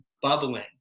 bubbling